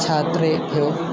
छात्रेभ्यो